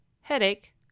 headache